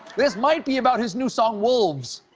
this might be about his new song wolves,